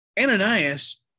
Ananias